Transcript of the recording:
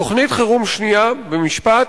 תוכנית חירום שנייה, במשפט,